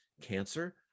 cancer